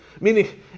meaning